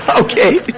okay